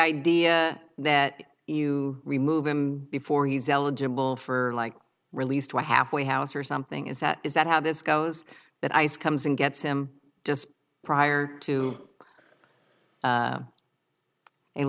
idea that you remove him before he's eligible for like release to a halfway house or something is that is that how this goes that ice comes and gets him just prior to